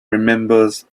remembers